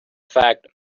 fat